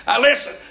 Listen